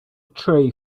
tray